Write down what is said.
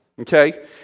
okay